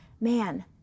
Man